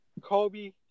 Kobe